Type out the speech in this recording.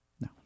No